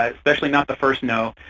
especially not the first no.